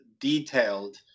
detailed